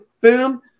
boom